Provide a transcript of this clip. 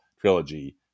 trilogy